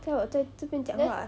在我在这边讲话